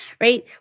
right